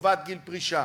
חובת גיל פרישה.